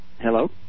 Hello